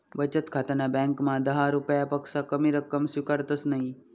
बचत खाताना ब्यांकमा दहा रुपयापक्सा कमी रक्कम स्वीकारतंस नयी